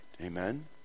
Amen